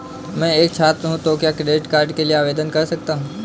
मैं एक छात्र हूँ तो क्या क्रेडिट कार्ड के लिए आवेदन कर सकता हूँ?